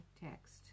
text